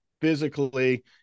physically